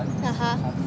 (uh huh)